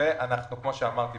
כמו שאמרתי,